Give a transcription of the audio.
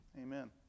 amen